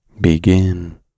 Begin